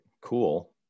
cool